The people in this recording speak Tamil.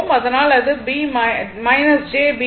அதனால்தான் அது j BL